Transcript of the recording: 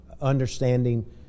understanding